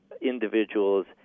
individuals